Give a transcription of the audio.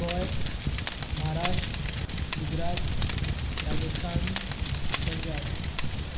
Goa Maharashtra Gujarat Rajasthan Punjab